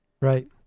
Right